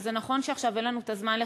וזה נכון שעכשיו אין לנו הזמן לכך,